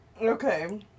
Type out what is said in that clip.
Okay